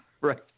Right